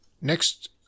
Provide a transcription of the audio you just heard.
next